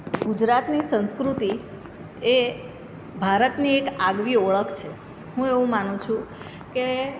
ગુજરાતની સંસ્કૃતિ એ ભારતની એક આગવી ઓળખ છે હું એવું માનું છું કે